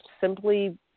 simply